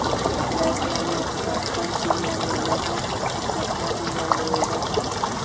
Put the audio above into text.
Personal loan कोन कोन चिज ल मिल है और केतना दिन में मिल जा है?